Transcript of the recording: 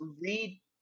read